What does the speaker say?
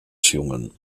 jungen